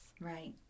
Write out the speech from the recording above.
Right